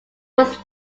was